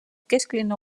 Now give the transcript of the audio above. kesklinna